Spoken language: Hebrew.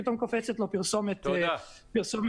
פתאום קופצת לו פרסומת גדולה.